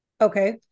Okay